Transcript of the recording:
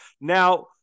Now